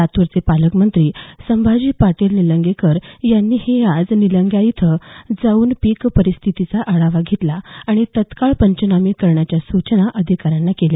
लातूरचे पालकमंत्री संभाजी पाटील निलंगेकर यांनीही आज निलंग्यात जावून पीक परिस्थितीचा आढावा घेतला आणि तात्काळ पंचनामे करण्याच्या सूचना अधिकाऱ्यांना केल्या